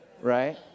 right